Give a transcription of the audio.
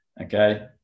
Okay